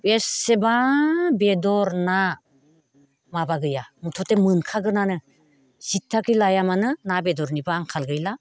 बेसेबा बेदर ना माबा गैया मुथथे मोनखागोनानो जिथियाखे लाया मानो ना बेदरनिबो आंखाल गैला